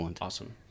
awesome